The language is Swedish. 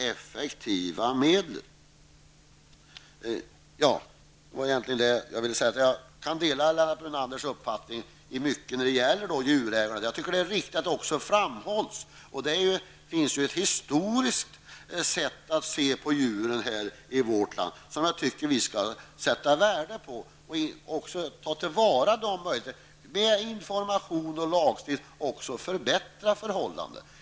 Jag delar Lennart Brunanders uppfattning i mycket när det gäller djurärenden. Det är viktigt att vi sätter värde på vårt historiska sätt att se på djur i det här landet. Vi skall ta till vara på möjligheterna att med hjälp av information och lagstiftning förbättra förhållanden.